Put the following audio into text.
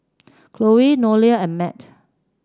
Chloe Nolia and Matt